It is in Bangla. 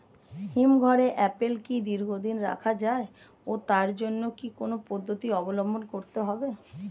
হিমঘরে আপেল কি দীর্ঘদিন রাখা যায় ও তার জন্য কি কি পদ্ধতি অবলম্বন করতে হবে?